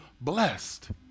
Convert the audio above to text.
blessed